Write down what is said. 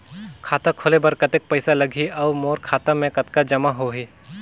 खाता खोले बर कतेक पइसा लगही? अउ मोर खाता मे कतका जमा होही?